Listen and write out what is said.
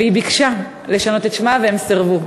והיא ביקשה לשנות את שמה והם סירבו.